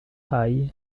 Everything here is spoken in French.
high